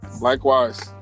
Likewise